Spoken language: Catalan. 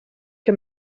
que